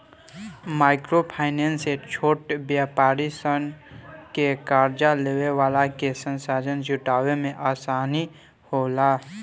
micro finance से छोट व्यापारी सन के कार्जा लेवे वाला के संसाधन जुटावे में आसानी होला